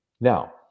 now